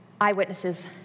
Eyewitnesses